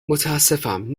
متاسفم